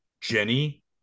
Jenny